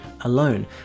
alone